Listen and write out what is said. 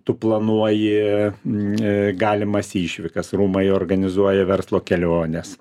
tu planuoji galimas išvykas rūmai organizuoja verslo keliones